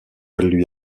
lui